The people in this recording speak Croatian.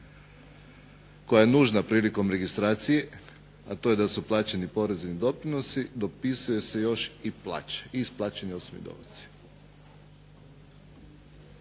koja je nužna prilikom registracije, a to je da su plaćeni porezni doprinosi dopisuje se još i plaće, isplaćene …/Govornik